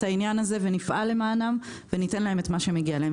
העניין הזה ונפעל למענם וניתן להם מה שמגיע להם.